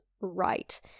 right